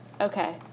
Okay